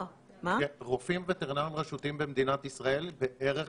רופאים וטרינריים רשותיים במדינת ישראל בערך